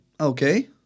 Okay